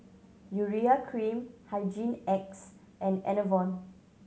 Urea Cream Hygin X and Enervon